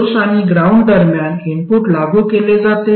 source आणि ground दरम्यान input लागू केले जाते